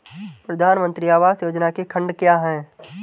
प्रधानमंत्री आवास योजना के खंड क्या हैं?